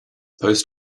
post